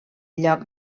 lloc